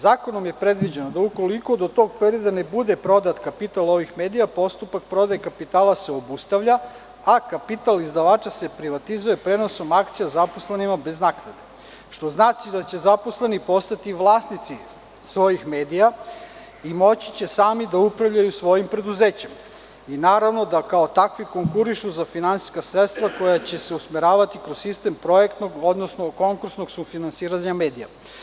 Zakonom je predviđeno da ukoliko do tog perioda ne bude prodat kapital ovih medija, postupak prodaje kapitala se obustavlja, a kapital izdavača se privatizuje prenosom akcija zaposlenima bez naknade, što znači da će zaposleni postati vlasnici svojih medija i moći će sami da upravljaju svojim preduzećem i naravno da kao takvi konkurišu za finansijska sredstva koja će se usmeravati kroz sistem projektnog, odnosno konkursnog sufinansiranja medija.